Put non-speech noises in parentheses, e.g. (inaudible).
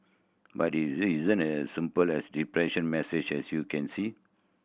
but it (unintelligible) isn't as simple as (unintelligible) message as you can see